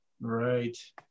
Right